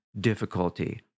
difficulty